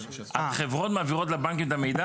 החברות מעבירות לבנקים את המידע?